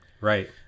Right